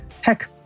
heck